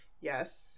Yes